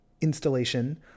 installation